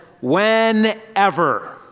whenever